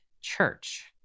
Church